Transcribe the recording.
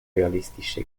realistische